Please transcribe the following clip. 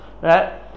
Right